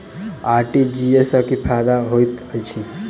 RTGS सँ की फायदा होइत अछि?